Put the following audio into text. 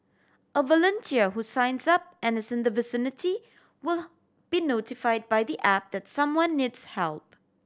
a volunteer who signs up and is in the vicinity will be notified by the app that someone needs help